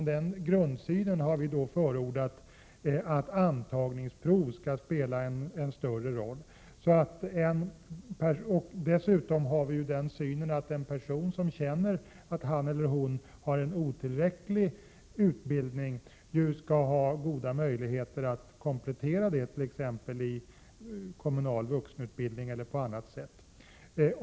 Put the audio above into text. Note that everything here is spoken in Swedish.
Med den grundsynen har vi förordat att antagningsprov skall spela en större roll. Dessutom anser vi att den person som känner att han eller hon har otillräcklig utbildning skall ha goda möjligheter att komplettera denna, t.ex. inom den kommunala vuxenutbildningen eller på annat sätt.